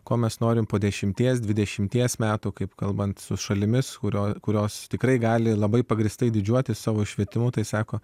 ko mes norime po dešimties dvidešimties metų kaip kalbant su šalimis kurios kurios tikrai gali labai pagrįstai didžiuotis savo švietimu tai sako